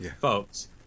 folks